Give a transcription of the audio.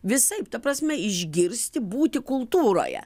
visaip ta prasme išgirsti būti kultūroje